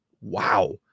wow